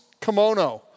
kimono